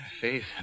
Faith